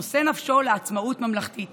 וצריך לעקור מן השורש את החוק הזה.